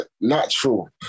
natural